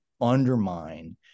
undermine